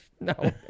No